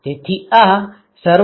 તેથી આ સર્વવ્યાપક રજૂઆત છે